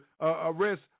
arrest